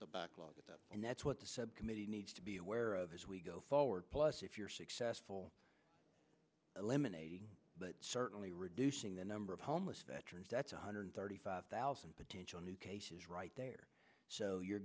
the backlog and that's what the committee needs to be aware of as we go forward plus if you're successful eliminating certainly reducing the number of homeless veterans that's one hundred thirty five thousand potential new cases right there so you're